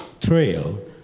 trail